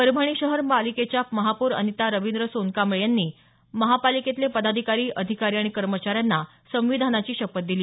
परभणी महानगर पालिकेच्या महापौर अनिता रविंद्र सोनकांबळे यांनी महापालिकेतले पदाधिकारी अधिकारी आणि कर्मचाऱ्यांना संविधानाची शपथ दिली